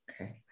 Okay